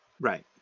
Right